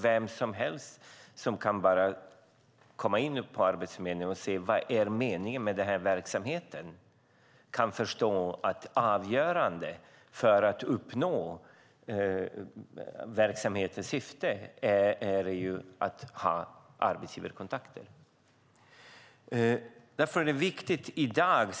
Vem som helst som kommer in på Arbetsförmedlingen för att se vad som är meningen med verksamheten kan förstå att avgörande för att uppnå verksamhetens syfte är att ha arbetsgivarkontakter.